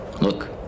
Look